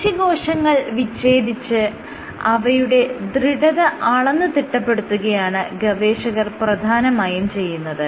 പേശികോശങ്ങൾ വിച്ഛേദിച്ച് അവയുടെ ദൃഢത അളന്ന് തിട്ടപ്പെടുത്തുകയാണ് ഗവേഷകർ പ്രധാനമായും ചെയ്യുന്നത്